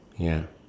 ya